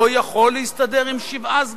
לא יכול להסתדר עם שבעה סגנים?